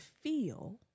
feel